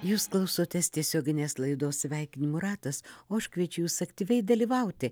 jūs klausotės tiesioginės laidos sveikinimų ratas o aš kviečiu jus aktyviai dalyvauti